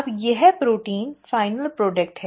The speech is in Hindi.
अब यह प्रोटीन अंतिम उत्पाद है